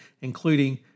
including